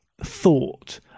thought